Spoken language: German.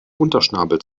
unterschnabel